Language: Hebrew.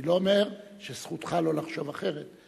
אני לא אומר שזכותך לא לחשוב אחרת,